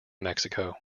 mexico